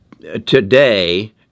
today